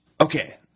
okay